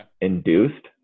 induced